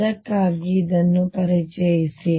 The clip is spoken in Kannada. ಅದಕ್ಕಾಗಿಯೇ ಇದನ್ನು ಪರಿಚಯಿಸಿ